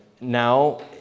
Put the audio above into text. now